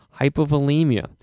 Hypovolemia